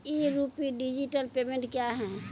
ई rupee digital payment क्या हैं?